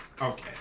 okay